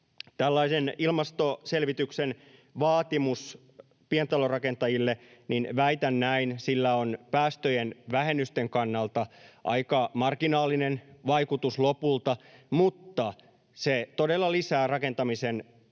Tällaisella ilmastoselvityksen vaatimuksella pientalorakentajille, väitän näin, on päästöjen vähennysten kannalta aika marginaalinen vaikutus lopulta, mutta se todella lisää rakentamisen taakkaa